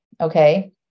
Okay